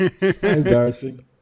Embarrassing